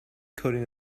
coding